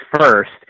first